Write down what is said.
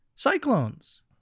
Cyclones